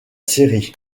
série